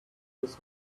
this